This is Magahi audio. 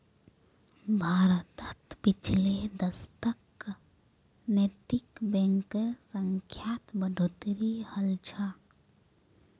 भारतत पिछले दशकत नैतिक बैंकेर संख्यात बढ़ोतरी हल छ